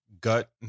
gut